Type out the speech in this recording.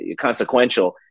consequential